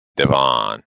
devon